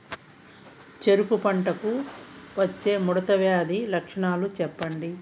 చెరుకు పంటకు వచ్చే ముడత వ్యాధి లక్షణాలు చెప్పండి?